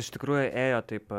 iš tikrųjų ėjo taip